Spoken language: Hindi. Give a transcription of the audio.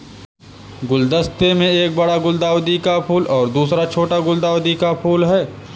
गुलदस्ते में एक बड़ा गुलदाउदी का फूल और दूसरा छोटा गुलदाउदी का फूल है